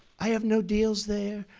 i have no deals there.